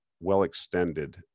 well-extended